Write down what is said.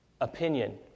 Opinion